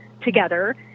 together